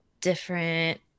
different